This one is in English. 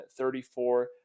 34